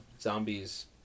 zombies